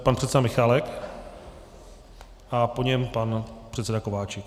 Pan předseda Michálek a po něm pan předseda Kováčik.